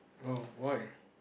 oh why